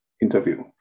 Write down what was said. interview